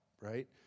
right